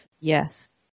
Yes